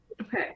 Okay